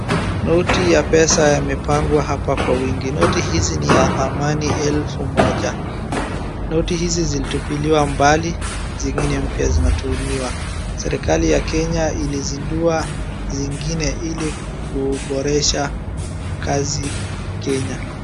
Noti ya pesa yamepangwa hapa kwa wingi. Noti hizi ni ya dhamani elfu moja. noti hizi zilitupiliwa mbali zingine mpya zinatumiwa. Serikali ya Kenya ilizindua zingine ilikuboresha kazi Kenya.